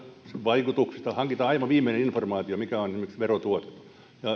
vaikutuksista hankitaan aivan viimeinen informaatio siitä mikä on esimerkiksi verotuotto